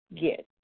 get